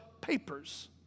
papers